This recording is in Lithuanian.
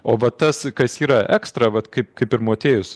o va tas kas yra ekstra vat kaip kaip ir motiejus